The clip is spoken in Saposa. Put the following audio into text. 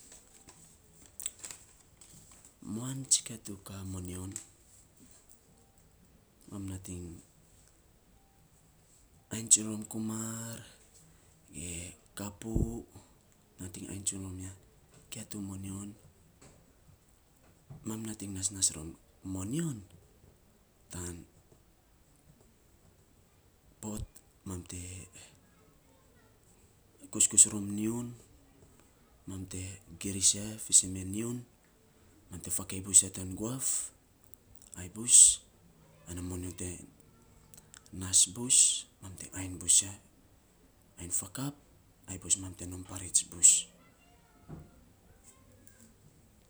Muan tsika tu ka moyon, ma nating ainy rom kumair, ge kapu, nating ain tsun rom ya, kia tu moyon, mam nating nasnas rom moyon tan pot mam te kuskus rom nyiun, mam te giri ya fiisen men nyiun, mam te giris ya mam te fakei bus ya tan guaf, ai bus ana. Moyon te mas bus, mam te ainy bus, ainy fakap, ainy bus mam te nom parits bus.